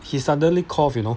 he suddenly cough you know